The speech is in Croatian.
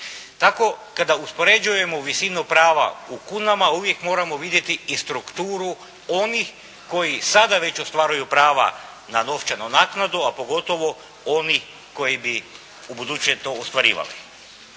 Tako kada uspoređujemo visinu prava u kunama uvijek moramo vidjeti i strukturu onih koji sada već ostvaruju prava na novčanu naknadu, a pogotovo oni koji bi ubuduće to ostvarivali.